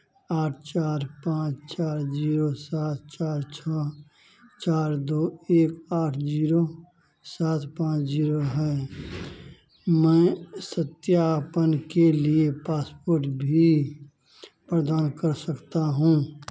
आठ चार पाँच चार जीरो सात चार छौ चार दो एक आठ जीरो सात पाँच जीरो है मैं सत्यापन के लिए पासपोर्ट भी प्रदान कर सकता हूँ